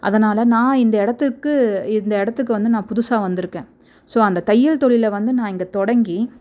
அதனால் நான் இந்த இடத்துக்கு இந்த இடத்துக்கு வந்து நான் புதுசாக வந்திருக்கேன் ஸோ அந்த தையல் தொழில வந்து நான் இங்கே தொடங்கி